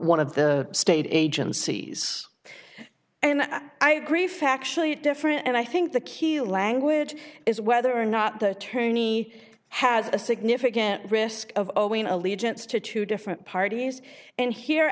one of the state agencies and i agree factually it different and i think the key language is whether or not the attorney has a significant risk of allegiance to two different parties and here